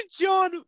John